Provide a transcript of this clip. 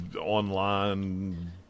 online